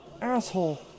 Asshole